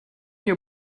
your